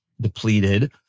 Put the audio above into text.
depleted